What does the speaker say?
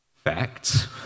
facts